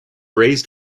raised